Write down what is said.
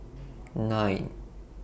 nine